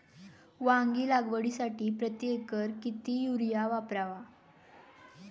वांगी लागवडीसाठी प्रति एकर किती युरिया वापरावा?